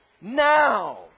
now